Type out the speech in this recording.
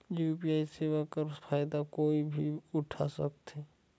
UPI सेवा कर फायदा कोई भी उठा सकथे?